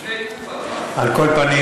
על כל פנים,